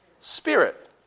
Spirit